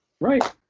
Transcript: Right